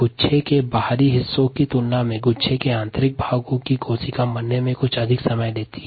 गुच्छ कोशिका के बाहरी हिस्सों की कोशिका की तुलना में आंतरिक भागों की कोशिका को मारने में कुछ अधिक समय लगता है